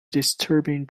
disturbing